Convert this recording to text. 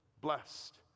blessed